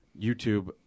YouTube